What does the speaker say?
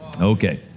Okay